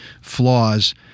flaws